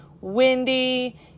windy